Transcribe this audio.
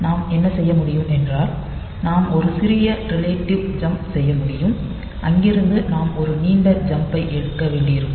நாம் என்ன செய்ய முடியும் என்றால் நாம் ஒரு சிறிய ரிலேட்டிவ் ஜம்ப் செய்ய முடியும் அங்கிருந்து நாம் ஒரு நீண்ட ஜம்ப் ஐ எடுக்க வேண்டியிருக்கும்